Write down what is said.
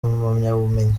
mpamyabumenyi